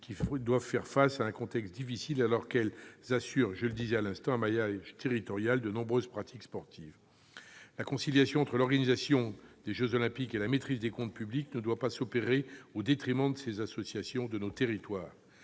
qui doivent faire face à un contexte difficile, alors qu'elles assurent le maillage territorial de nombreuses pratiques sportives. La conciliation entre l'organisation des jeux Olympiques et la maîtrise des comptes publics ne doit pas s'opérer au détriment des associations de nos territoires.